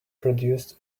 produced